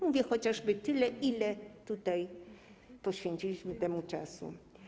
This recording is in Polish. Mówię chociażby, ile tutaj poświęciliśmy temu czasu.